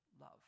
love